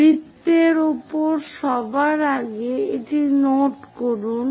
বৃত্তের উপর সবার আগে এটি নোট করুন